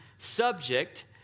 Subject